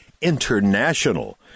international